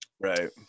right